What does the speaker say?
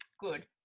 good